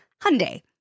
Hyundai